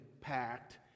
packed